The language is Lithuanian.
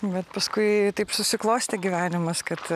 bet paskui taip susiklostė gyvenimas kad